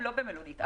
במלונית.